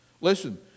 Listen